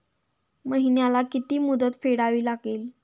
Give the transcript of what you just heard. महिन्याला किती मुद्दल फेडावी लागेल?